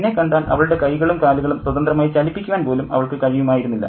എന്നെ കണ്ടാൽ അവളുടെ കൈകളും കാലുകളും സ്വതന്ത്രമായി ചലിപ്പിക്കുവാൻ പോലും അവൾക്ക് കഴിയുമായിരുന്നില്ല